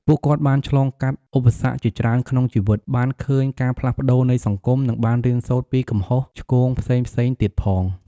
ពួកគាត់បានឆ្លងកាត់ឧបសគ្គជាច្រើនក្នុងជីវិត បានឃើញការផ្លាស់ប្តូរនៃសង្គម និងបានរៀនសូត្រពីកំហុសឆ្គងផ្សេងៗទៀតផង។